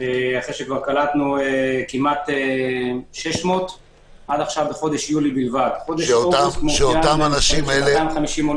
אחרי שכבר קלטנו כמעט 600. --- 250 עולים